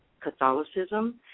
Catholicism